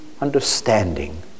understanding